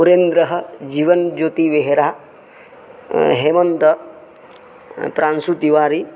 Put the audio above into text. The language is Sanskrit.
पुरेन्द्रः जीवनज्योतिवेहेरा हेमन्त प्रांसुतिवारी